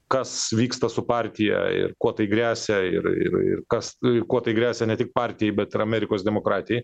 kas vyksta su partija ir kuo tai gresia ir ir ir kas e kuo tai gresia ne tik partijai bet ir amerikos demokratijai